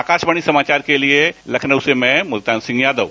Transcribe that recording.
आकाशवाणी समाचार के लिए लखनऊ से में मुल्तान सिंह यादव